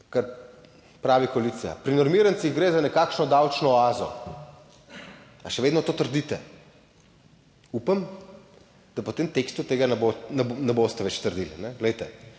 kar pravi koalicija, pri normirancih gre za nekakšno davčno oazo. Ali še vedno to trdite? Upam, da po tem tekstu tega ne boste več trdili. Glejte,